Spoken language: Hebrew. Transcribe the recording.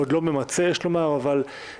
עוד לא ממצה יש לומר אבל חשוב.